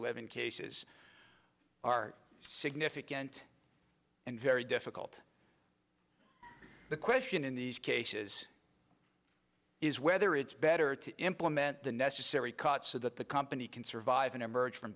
eleven cases are significant and very difficult the question in these cases is whether it's better to implement the necessary cuts so that the company can survive and emerge from